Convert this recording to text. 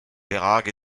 perak